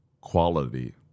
quality